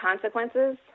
consequences